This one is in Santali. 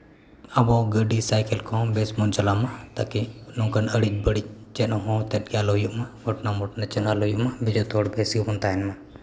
ᱟᱵᱚ ᱜᱟᱹᱰᱤ ᱥᱟᱭᱠᱮᱞ ᱠᱚᱦᱚᱸ ᱵᱮᱥ ᱵᱚᱱ ᱪᱟᱞᱟᱣ ᱢᱟ ᱛᱟ ᱠᱤ ᱱᱚᱝᱠᱟᱱ ᱟᱹᱰᱤ ᱵᱟᱹᱲᱤᱡ ᱪᱮᱫ ᱦᱚᱸ ᱛᱮᱫ ᱜᱮ ᱟᱞᱚ ᱦᱩᱭᱩᱜ ᱢᱟ ᱜᱷᱚᱴᱚᱱᱟ ᱢᱚᱴᱚᱱᱟ ᱪᱮᱫ ᱦᱚᱸ ᱟᱞᱚ ᱦᱩᱭᱩᱜ ᱢᱟ ᱡᱚᱛᱚ ᱦᱚᱲ ᱵᱮᱥ ᱜᱮᱵᱚᱱ ᱛᱟᱦᱮᱱ ᱢᱟ